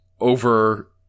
over